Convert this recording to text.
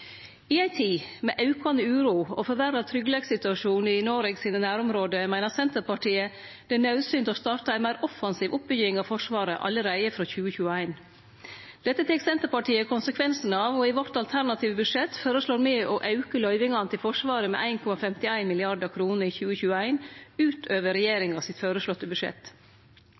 I ei tid med aukande uro og forverra tryggleikssituasjon i Noreg sine nærområde meiner Senterpartiet det er naudsynt å starte ei meir offensiv oppbygging av Forsvaret allereie frå 2021. Dette tek Senterpartiet konsekvensen av, og i vårt alternative budsjett føreslår me å auke løyvingane til Forsvaret med 1,51 mrd. kr i 2021 ut over regjeringas føreslåtte budsjett.